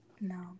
No